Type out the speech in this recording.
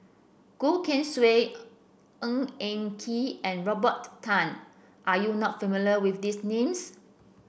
Goh Keng Swee Ng Eng Kee and Robert Tan are you not familiar with these names